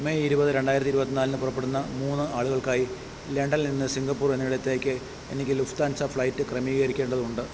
May ഇരുപത് രണ്ടായിരത്തി ഇരുപത്തിനാലിന് പുറപ്പെടുന്ന മൂന്ന് ആളുകൾക്കായി ലണ്ടനിൽ നിന്ന് സിംഗപ്പൂർ എന്നയിടത്തേക്ക് എനിക്ക് ലുഫ്താൻസ ഫ്ലൈറ്റ് ക്രമീകരിക്കേണ്ടതുണ്ട്